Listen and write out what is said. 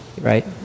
right